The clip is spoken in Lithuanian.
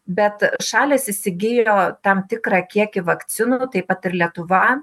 bet šalys įsigijo tam tikrą kiekį vakcinų taip pat ir lietuva